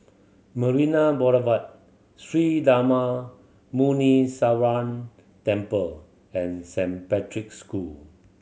Marina Boulevard Sri Darma Muneeswaran Temple and Saint Patrick's School